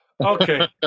okay